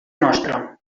nostra